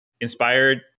inspired